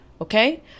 Okay